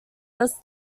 less